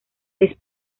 les